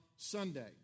Sunday